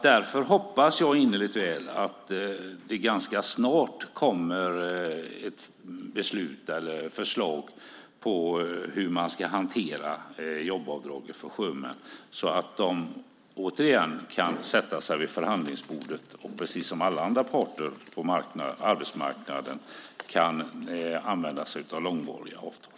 Därför hoppas jag innerligt väl att det ganska snart kommer ett förslag på hur man ska hantera jobbavdraget för sjömän, så att de återigen kan sätta sig vid förhandlingsbordet och precis som alla andra parter på arbetsmarknaden använda sig av långvariga avtal.